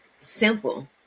Simple